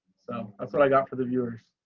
so that's all i got for the viewers.